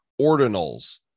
ordinals